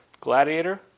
Gladiator